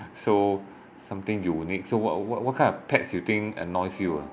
so something unique so what what what kind of pets you think annoys you